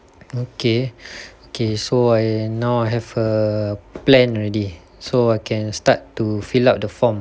okay okay so I now I have a plan already so I can start to fill up the form